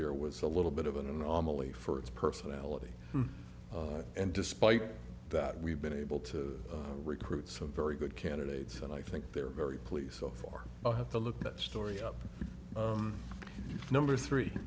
year was a little bit of an anomaly for its personality and despite that we've been able to recruit some very good candidates and i think they're very pleased so far i have to look that story up number three